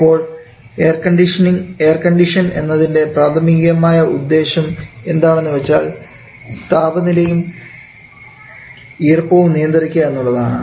അപ്പോൾ എയർകണ്ടീഷൻ എന്നതിൻറെ പ്രാഥമികമായ ഉദ്ദേശം എന്താണെന്ന് വെച്ചാൽ താപനിലയും ഈർപ്പവും നിയന്ത്രിക്കുക എന്നുള്ളതാണ്